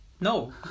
No